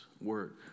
work